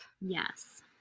Yes